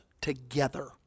together